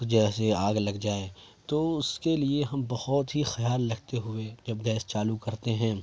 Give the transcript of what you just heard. جیسے آگ لگ جائے تو اس کے لیے ہم بہت ہی خیال رکھتے ہوئے جب گیس چالو کرتے ہیں